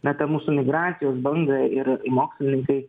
na tą mūsų migracijos bangą ir mokslininkai